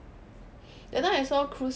that time I saw cruise